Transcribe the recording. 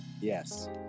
yes